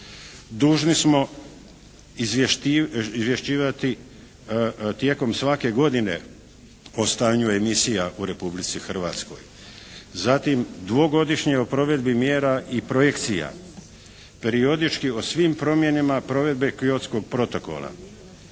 Dužni smo izvješćivati tijekom svake godine o stanju emisija u Republici Hrvatskoj, zatim dvogodišnje o provedbi mjera i projekcija, periodički o svim promjenama provedbe Kyotskog protokola,